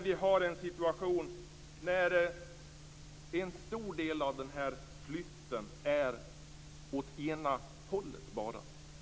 Vi har en situation där stora delar av denna flytt bara går åt ena hållet.